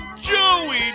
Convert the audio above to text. Joey